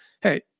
hey